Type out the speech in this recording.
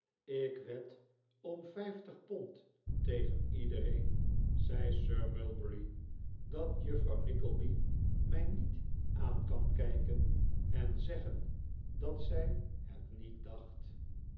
ik wed om vijftig pond tegen iedereen zei sir mulberry dat juffrouw nickleby mij niet aan kan kijken en zeggen dat zij het niet dacht